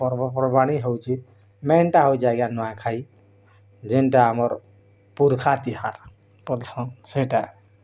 ପର୍ବପର୍ବାଣି ହଉଛି ମେନ୍ଟା ହଉଛି ଆଜ୍ଞା ନୂଆଁଖାଇ ଯେନ୍ଟା ଆମର୍ ପୁଖରାତି ହାର୍ କର୍ସନ୍ ସେଇଟା